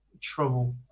Trouble